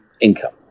income